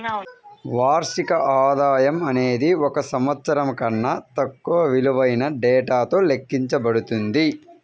వార్షిక ఆదాయం అనేది ఒక సంవత్సరం కన్నా తక్కువ విలువైన డేటాతో లెక్కించబడుతుంది